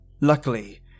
Luckily